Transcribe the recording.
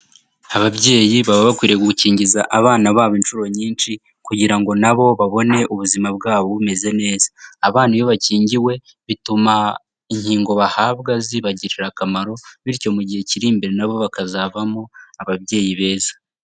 Ababyeyi baba bakwiriye gukingiza abana babo incuro nyinshi kugira ngo nabo babone ubuzima bwabo bumeze neza. Abana iyo bakingiwe bituma inkingo bahabwa zibagirira akamaro bityo mu gihe kiri imbere nabo bakazavamo ababyeyi beza.